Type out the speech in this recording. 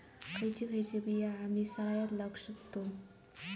खयची खयची बिया आम्ही सरायत लावक शकतु?